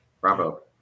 Bravo